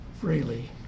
freely